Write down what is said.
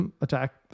attack